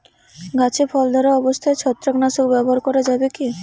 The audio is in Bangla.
গাছে ফল ধরা অবস্থায় ছত্রাকনাশক ব্যবহার করা যাবে কী?